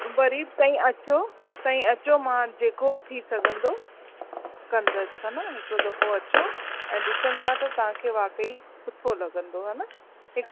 वरी बि तव्हीं अचो तव्हीं अचो जेको बि थी सघंदो कंदसि हा न हिकिड़ो दफ़ो अचो ऐं ॾिसंदा त तव्हांखे वाक़ई सुठो लॻंदो हा न हिकु